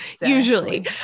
Usually